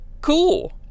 cool